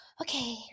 Okay